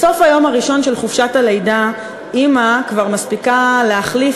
בסוף היום הראשון של חופשת הלידה אימא כבר מספיקה להחליף